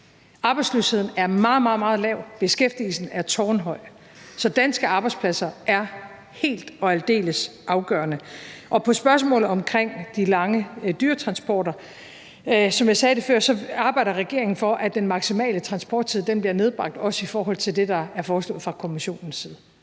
Arbejdsløsheden er meget, meget lav, og beskæftigelsen er tårnhøj. Så danske arbejdspladser er helt og aldeles afgørende. Til spørgsmålet omkring de lange dyretransporter: Som jeg sagde før, arbejder regeringen for, at den maksimale transporttid bliver nedbragt, også i forhold til det, der er foreslået fra Kommissionens side.